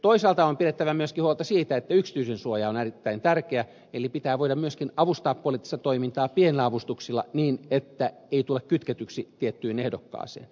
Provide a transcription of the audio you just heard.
toisaalta on pidettävä myöskin huolta siitä että yksityisyyden suoja on erittäin tärkeä eli pitää voida myöskin avustaa poliittista toimintaa pienillä avustuksilla niin että ei tule kytketyksi tiettyyn ehdokkaaseen